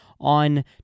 on